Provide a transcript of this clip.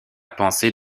pensée